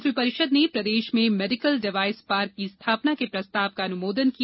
मंत्रि परिषद् ने प्रदेश में मेडिकल डिवाइस पार्क की स्थापना के प्रस्ताव का अनुमोदन किया